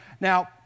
Now